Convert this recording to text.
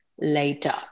later